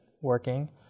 working